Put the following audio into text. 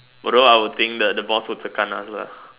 although I will think that the boss will tekan us lah